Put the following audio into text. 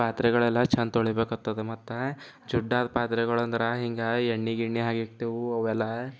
ಪಾತ್ರೆಗಳೆಲ್ಲ ಚೆಂದ ತೊಳೀಬೇಕಾಗ್ತದೆ ಮತ್ತೆ ಜಿಡ್ಡಾದ ಪಾತ್ರೆಗಳಂದ್ರೆ ಈಗ ಎಣ್ಣೆ ಗಿಣ್ಣೆ ಆಗಿರ್ತವೆ ಅವೆಲ್ಲ